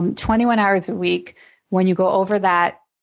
and twenty one hours a week when you go over that,